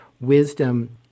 wisdom